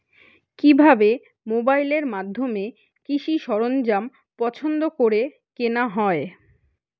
কিভাবে মোবাইলের মাধ্যমে কৃষি সরঞ্জাম পছন্দ করে কেনা হয়?